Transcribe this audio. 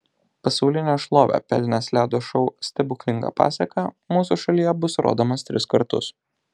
pasaulinę šlovę pelnęs ledo šou stebuklinga pasaka mūsų šalyje bus rodomas tris kartus